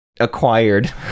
acquired